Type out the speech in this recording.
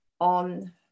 on